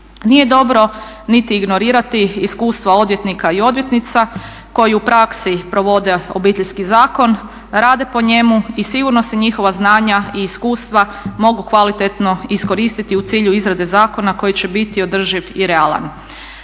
Nije dobro niti ignorirati iskustva odvjetnika i odvjetnica koji u praksi provode Obiteljski zakon, rade po njemu i sigurno se njihova znanja i iskustva mogu kvalitetno iskoristiti u cilju izrade zakona koji će biti održiv i realan.